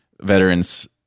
Veterans